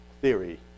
theory